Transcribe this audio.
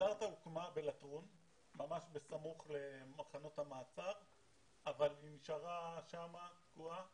האנדרטה הוקמה בלטרון ממש בסמוך למחנות המעצר אבל היא נשארה שם תקועה,